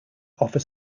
offer